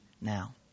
now